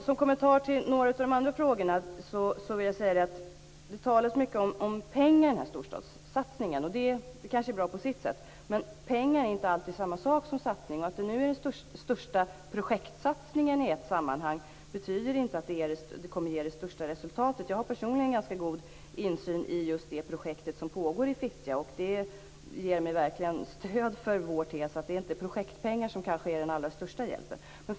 Som kommentar till några av de andra frågorna vill jag säga att det talas mycket om pengar när det gäller storstadssatsningen. Det kanske är bra på sitt sätt. Men pengar är inte alltid samma sak som satsning. Att det nu är den största projektsatsningen i ett sammanhang betyder inte att det kommer att ge det största resultatet. Jag har personligen ganska god insyn i just det projekt som pågår i Fittja. Det ger mig verkligen stöd för vår tes att det inte är projektpengar som är den allra största hjälpen.